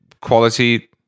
quality